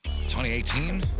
2018